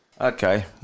Okay